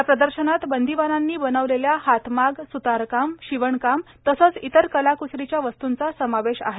या प्रदर्शनात बंदिवानांनी बनवलेल्या हातमाग सुतारकाम शिवणकाम तसच इतर कलाकुसरीच्या वस्तूंचा समावेश आहे